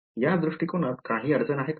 या दृष्टिकोनात काही अडचण आहे का